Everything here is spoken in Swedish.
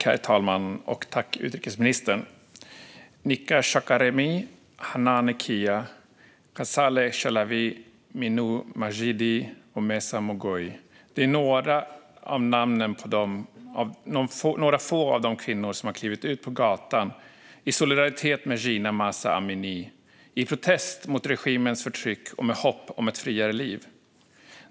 Herr talman! Nika Shakarami, Hananeh Kia, Ghazaleh Chelavi, Minu Majidi och Mehsa Mogoi. Det här är några få av de kvinnor som har klivit ut på gatan i solidaritet med Jina Mahsa Amini i protest mot regimens förtryck och med hopp om ett friare liv.